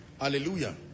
Hallelujah